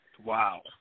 Wow